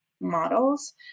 models